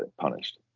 punished